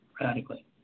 radically